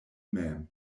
mem